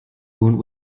wound